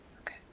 Okay